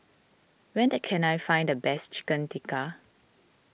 where can I find the best Chicken Tikka